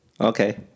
Okay